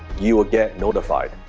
you will get notified.